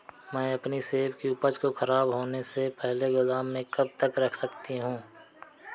मैं अपनी सेब की उपज को ख़राब होने से पहले गोदाम में कब तक रख सकती हूँ?